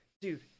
Dude